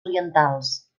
orientals